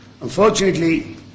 Unfortunately